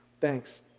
Thanks